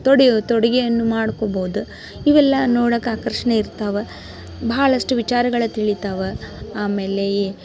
ತೊಡಿ ತೊಡುಗೆಯನ್ನು ಮಾಡ್ಕೊಬೋದು ಇವೆಲ್ಲ ನೋಡಕ್ಕೆ ಆಕರ್ಷಣೆ ಇರ್ತಾವೆ ಭಾಳಷ್ಟು ವಿಚಾರಗಳು ತಿಳೀತಾವೆ ಆಮೇಲೆ